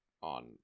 on